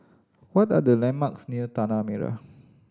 what are the landmarks near Tanah Merah